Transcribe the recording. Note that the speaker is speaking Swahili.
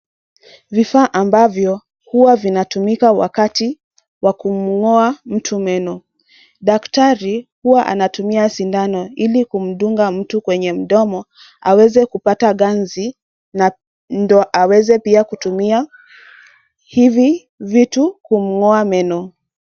Vifaa ambavyo huwa vinatumika wakati wa kumng'oa mtu meno. Daktari huwa anatumia sindano ili kumdunga mtu kwenye mdomo aweze kupata ganzi ndo aweze pia kutumia hivi vitu kumng'oa meno.